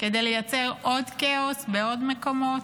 כדי לייצר עוד כאוס בעוד מקומות?